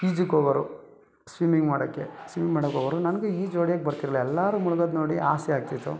ಈಜುಕ್ಕೆ ಹೋಗೋರು ಸ್ವಿಮ್ಮಿಂಗ್ ಮಾಡೋಕ್ಕೆ ಸ್ವಿಮ್ಮಿಂಗ್ ಮಾಡೋಕ್ಕೆ ಹೋಗೋರು ನನಗೆ ಈಜು ಹೊಡೆಯಕ್ಕೆ ಬರ್ತಿರ್ಲಿಲ್ಲ ಎಲ್ಲರೂ ಮುಳ್ಗೋದು ನೋಡಿ ಆಸೆ ಆಗ್ತಿತ್ತು